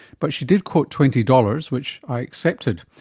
but she did quote twenty dollars which i accepted,